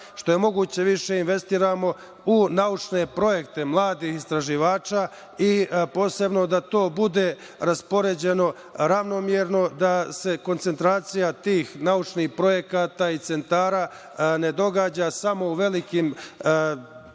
što je moguće više investiramo u naučne projekte mladih istraživača i posebno da to bude raspoređeno ravnomerno, da se koncentracije tih naučnih projekata i centara ne događa samo u velikim, hajde da